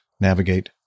navigate